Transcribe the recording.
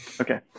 Okay